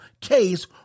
case